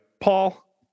Paul